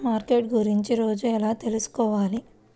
Market గురించి రోజు ఎలా తెలుసుకోవాలి?